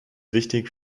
wichtig